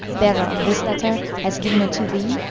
bearer of this letter, has given it to thee,